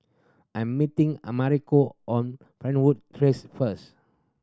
I am meeting Americo on Fernwood Terrace first